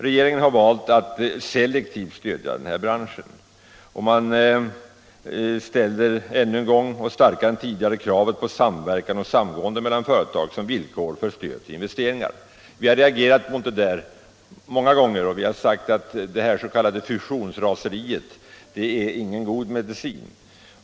Regeringen har valt att selektivt stödja den här branschen, och man ställer än en gång, och starkare än tidigare, kravet på samverkan och samgående mellan företag som villkor för stöd till investeringar. Vi har reagerat mot det där många gånger och sagt att det s.k. fusionsraseriet inte är någon god medicin.